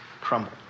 crumbled